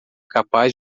capaz